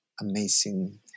amazing